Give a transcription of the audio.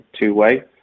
two-way